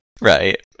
Right